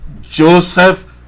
Joseph